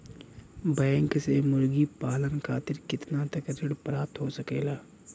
Bank से मुर्गी पालन खातिर कितना तक ऋण प्राप्त हो सकेला?